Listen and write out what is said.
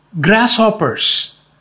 grasshoppers